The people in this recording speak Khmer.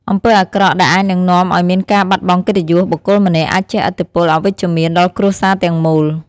អំពើអាក្រក់ដែលអាចនិងនាំឲ្យមានការបាត់បង់កិត្តិយសបុគ្គលម្នាក់អាចជះឥទ្ធិពលអវិជ្ជមានដល់គ្រួសារទាំងមូល។